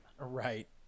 right